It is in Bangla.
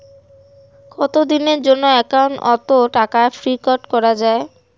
কতদিনের জন্যে একাউন্ট ওত টাকা ফিক্সড করা যায়?